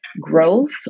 growth